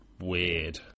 weird